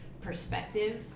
perspective